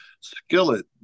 skillet